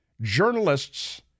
journalists